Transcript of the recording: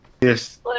Yes